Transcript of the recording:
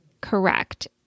correct